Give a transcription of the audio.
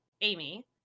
Amy